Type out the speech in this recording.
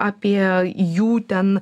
apie jų ten